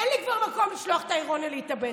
אין לי כבר מקום לשלוח אליו את האירוניה להתאבד,